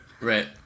Right